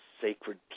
sacred